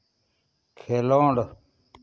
ᱠᱷᱮᱞᱳᱸᱰ